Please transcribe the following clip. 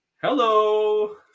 Hello